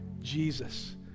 Jesus